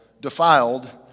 defiled